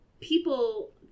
people